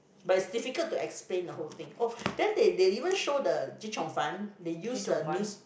but it's difficult to explain the whole thing oh then they they even show the chee cheong fun they use the news~